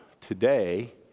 today